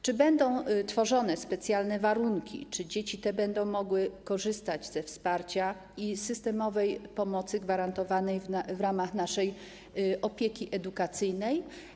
Czy będą tworzone specjalne warunki i czy te dzieci będą mogły korzystać ze wsparcia i z systemowej pomocy gwarantowanej w ramach naszej opieki edukacyjnej?